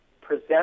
present